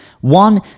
One